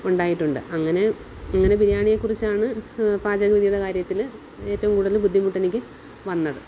ഉണ്ടായിട്ടുണ്ട് അങ്ങനെ അങ്ങനെ ബിരിയാണിയെ കുറിച്ചാണ് പാചകവിധിയുടെ കാര്യത്തിൽ ഏറ്റവും കൂടുതൽ ബുദ്ധിമുട്ട് എനിക്ക് വന്നത്